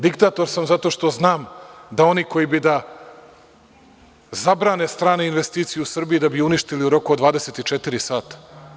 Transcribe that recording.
Diktator sam zato što znam da oni koji bi da zabrane strane investicije u Srbiji da bi je uništili u roku od 24 sata.